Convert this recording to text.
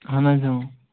اَہَن حظ